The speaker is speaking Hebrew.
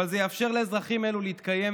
אבל זה יאפשר לאזרחים אלו להתקיים,